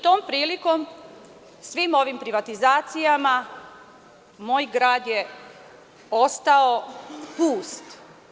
Tom prilikom svim ovim privatizacijama moj grad je ostao pust.